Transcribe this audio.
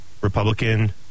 Republican